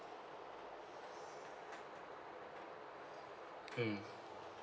mm